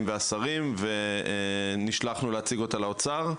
והשרים ונשלחנו להציג אותה לאוצר.